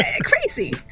crazy